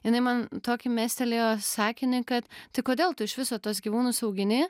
jinai man tokį mestelėjo sakinį kad tai kodėl tu iš viso tuos gyvūnus augini